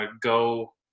go